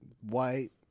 white